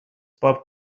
pop